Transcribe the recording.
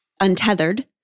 untethered